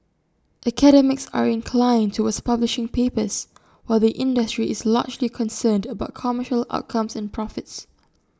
academics are inclined towards publishing papers while the industry is largely concerned about commercial outcomes and profits